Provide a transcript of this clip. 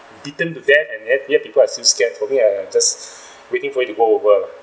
beaten to death and then yet people are still scared for me I I just waiting for it to blow over lah